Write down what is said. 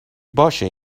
باشه